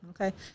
Okay